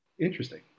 Interesting